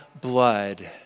blood